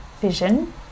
vision